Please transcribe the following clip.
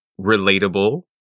relatable